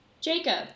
Jacob